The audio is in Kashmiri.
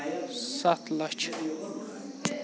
سَتھ لَچھ